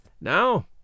Now